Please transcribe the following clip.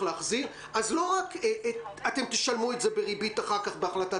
להחזיר אז לא רק אתם תשלמו את זה בריבית אחר כך בהחלטת